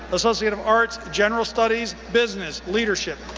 associate of arts, general studies, business, leadership,